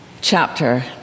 chapter